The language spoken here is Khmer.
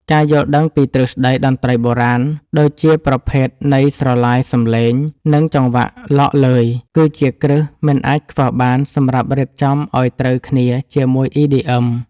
ការយល់ដឹងពីទ្រឹស្ដីតន្ត្រីបុរាណ ដូចជាប្រភេទនៃស្រឡាយសំឡេង និងចង្វាក់ឡកឡឺយ គឺជាគ្រឹះមិនអាចខ្វះបានសម្រាប់រៀបចំឱ្យត្រូវគ្នាជាមួយ EDM។